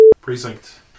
Precinct